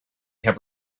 have